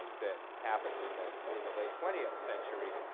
that happened in the in the late twentieth century,